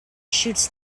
shoots